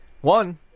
One